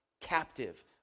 Captive